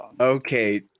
Okay